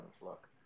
look